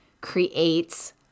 creates